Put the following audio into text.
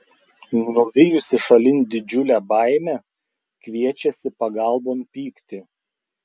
nuvijusi šalin didžiulę baimę kviečiasi pagalbon pyktį